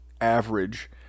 average